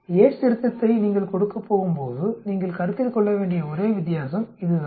Yates திருத்தத்தை நீங்கள் கொடுக்கப் போகும்போது நீங்கள் கருத்தில் கொள்ள வேண்டிய ஒரே வித்தியாசம் இதுதான்